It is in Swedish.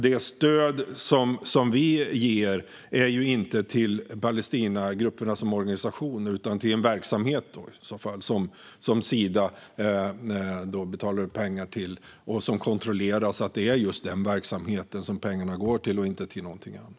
Det stöd som vi ger går inte till Palestinagrupperna som organisation, utan till en verksamhet som Sida betalar ut pengar till. Det kontrolleras att det är just den verksamheten pengarna går till och inte någonting annat.